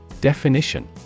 Definition